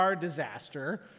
disaster